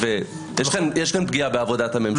יש פה פגיעה בעבודת הממשלה.